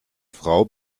frau